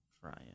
trying